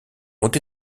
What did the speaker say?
ont